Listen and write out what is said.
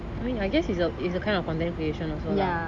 I mean I guess is a is a kind of content creation also lah